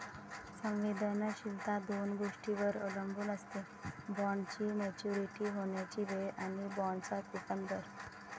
संवेदनशीलता दोन गोष्टींवर अवलंबून असते, बॉण्डची मॅच्युरिटी होण्याची वेळ आणि बाँडचा कूपन दर